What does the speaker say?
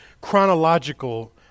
chronological